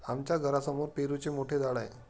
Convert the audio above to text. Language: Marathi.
आमच्या घरासमोर पेरूचे मोठे झाड आहे